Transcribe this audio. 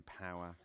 power